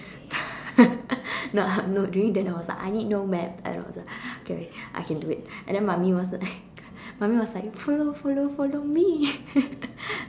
no lah no during then I was like I need no map and I was like okay I can do it and then mummy was like mummy was like follow follow follow me